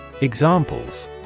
Examples